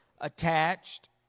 attached